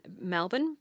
Melbourne